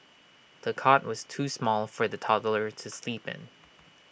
the cot was too small for the toddler to sleep in